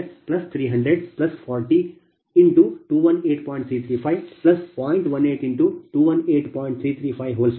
0035 0